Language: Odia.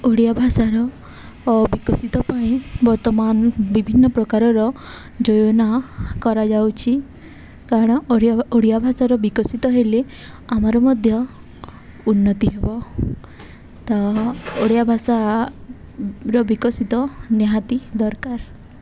ଓଡ଼ିଆ ଭାଷାର ବିକଶିତ ପାଇଁ ବର୍ତ୍ତମାନ ବିଭିନ୍ନ ପ୍ରକାରର ଯୋଜନା କରାଯାଉଛି କାରଣ ଓଡ଼ିଆ ଭାଷାର ବିକଶିତ ହେଲେ ଆମର ମଧ୍ୟ ଉନ୍ନତି ହେବ ତ ଓଡ଼ିଆ ଭାଷାର ବିକଶିତ ନିହାତି ଦରକାର